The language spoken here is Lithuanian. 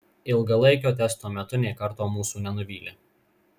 ilgalaikio testo metu nė karto mūsų nenuvylė